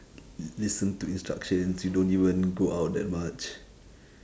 listen to instructions you don't even go out that much